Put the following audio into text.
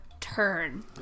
turn